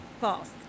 false